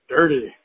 Dirty